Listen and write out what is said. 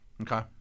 Okay